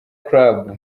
club